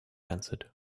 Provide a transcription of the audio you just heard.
answered